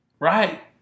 Right